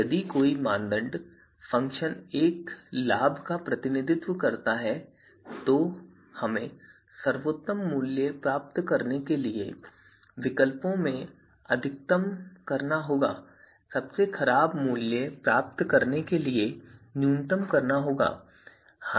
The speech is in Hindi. यदि कोई मानदंड फ़ंक्शन एक लाभ का प्रतिनिधित्व करता है तो हमें सर्वोत्तम मूल्य प्राप्त करने के लिए विकल्पों में अधिकतम करना होगा और सबसे खराब मूल्य प्राप्त करने के लिए न्यूनतम करना होगा